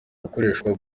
gukoreshwa